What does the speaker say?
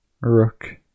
rook